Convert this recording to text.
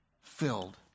filled